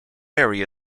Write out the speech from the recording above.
area